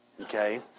okay